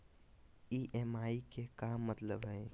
EMI के का मतलब हई?